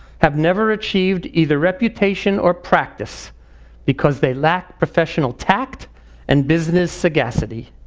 have never achieved either reputation or practice because they lack professional tact and business sagacity.